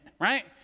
Right